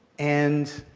and